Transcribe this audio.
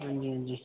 हां जी हां जी